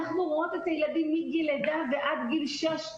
אנחנו רואות את הילדים מגיל לידה ועד גיל שש.